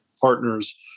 partners